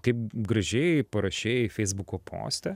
kaip gražiai parašei feisbuko poste